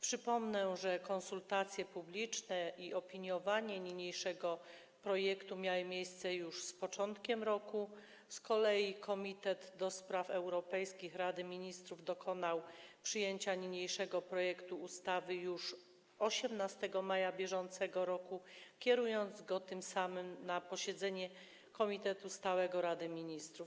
Przypomnę, że konsultacje publiczne i opiniowanie niniejszego projektu miały miejsce już na początku roku, z kolei Komitet do Spraw Europejskich Rady Ministrów dokonał przyjęcia niniejszego projektu ustawy już 18 maja br., kierując go tym samym na posiedzenie komitetu stałego Rady Ministrów.